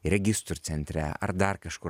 registrų centre ar dar kažkur